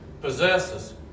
possesses